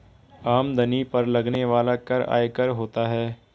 आमदनी पर लगने वाला कर आयकर होता है